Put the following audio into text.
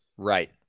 Right